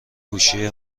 گوشی